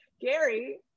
Gary